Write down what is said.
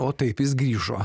o taip jis grįžo